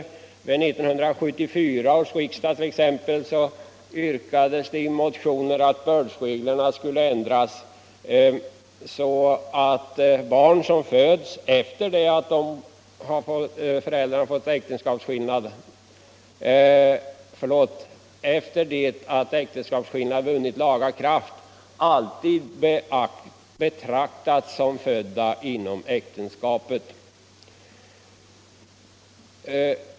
Vid 1974 års riksdag t.ex. yrkades det i motioner att bördsreglerna skulle ändras så att barn som föds efter det att äktenskapsskillnad vunnit laga kraft alltid betraktas som födda inom äktenskapet.